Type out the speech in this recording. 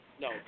no